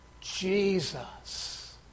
Jesus